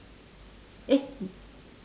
eh